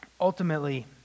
Ultimately